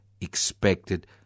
expected